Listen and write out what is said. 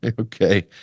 Okay